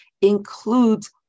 includes